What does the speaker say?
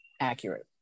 accurate